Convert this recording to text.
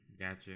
Gotcha